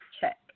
check